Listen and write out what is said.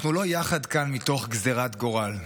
אנחנו לא יחד כאן מתוך גזרת גורל,